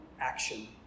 action